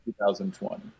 2020